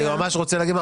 היועמ"ש רוצה להגיד.